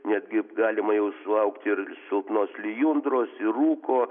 netgi galima jau sulaukti ir silpnos lijundros ir rūko